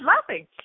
laughing